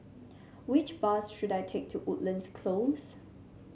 which bus should I take to Woodlands Close